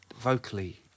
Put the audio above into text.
vocally